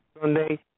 Sunday